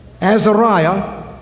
Azariah